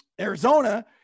Arizona